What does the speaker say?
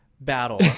battle